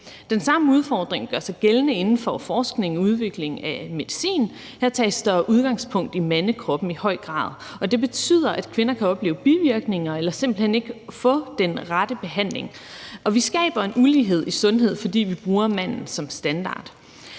Den samme udfordring gør sig gældende inden for forskning og udvikling af medicin. Her tages der udgangspunkt i mandekroppen i høj grad. Og det betyder, at kvinder kan opleve bivirkninger eller simpelt hen ikke får den rette behandling. Og vi skaber en ulighed i sundhed, fordi vi bruger manden som standard.